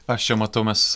aš čia matau mes